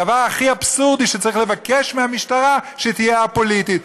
הדבר הכי אבסורדי הוא שצריך לבקש מהמשטרה שתהיה א-פוליטית.